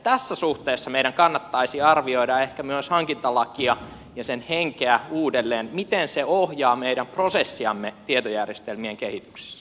tässä suhteessa meidän kannattaisi arvioida ehkä myös hankintalakia ja sen henkeä uudelleen miten se ohjaa meidän prosessiamme tietojärjestelmien kehityksessä